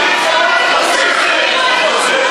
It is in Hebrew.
אנחנו מצטערים שבאנו לכנסת,